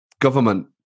government